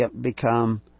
become